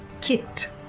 kit